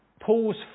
Paul's